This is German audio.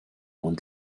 und